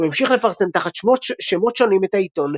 הוא המשיך לפרסם תחת שמות שונים את העיתון,